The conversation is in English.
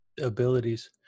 abilities